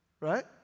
right